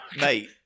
Mate